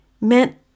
meant